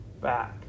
back